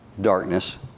darkness